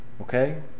Okay